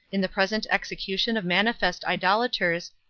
in the present execution of manifest idolators,